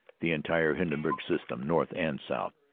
the entire hin denburg system, north and south,